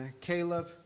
Caleb